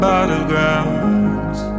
Battlegrounds